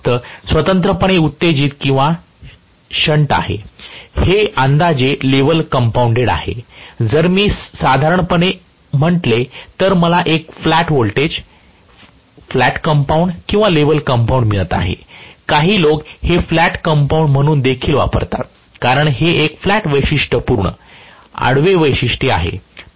हे फक्त स्वतंत्रपणे उत्तेजीत किंवा शण्ट आहे हे अंदाजे लेवल कंपाऊंडेड आहे जर मी साधारणपणे म्हटले तर मला एक फ्लॅट व्होल्टेज फ्लॅट कंपाऊंड किंवा लेवल कंपाऊंडिंग मिळत आहे काही लोक हे फ्लॅट कंपाऊंड म्हणून देखील वापरतात कारण ते एक फ्लॅट वैशिष्ट्यपूर्ण आडवे वैशिष्ट्ये आहे